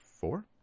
four